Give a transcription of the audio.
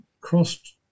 crossed